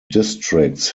districts